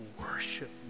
worship